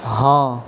हाँ